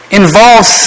involves